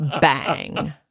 bang